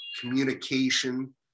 communication